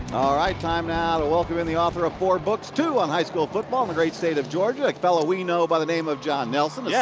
all right, time now to welcome in the author of four books, two on high school football in the great state of georgia, a fellow we know by the name of jon nelson. yeah